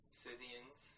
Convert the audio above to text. Scythians